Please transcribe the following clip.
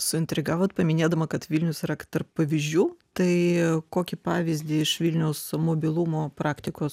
suintrigavot paminėdama kad vilnius yra tarp pavyzdžių tai kokį pavyzdį iš vilniaus mobilumo praktikos